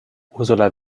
ursula